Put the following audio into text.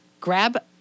grab